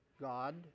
God